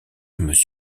mrs